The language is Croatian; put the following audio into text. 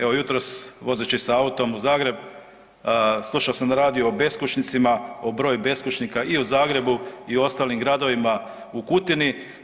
Evo, jutros, vozeći se autom u Zagreb slušao sam na radiju o beskućnicima, o broju beskućnika i u Zagrebu i u ostalim gradovima, u Kutini.